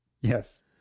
Yes